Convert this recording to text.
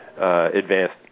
Advanced